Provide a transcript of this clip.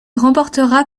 remporta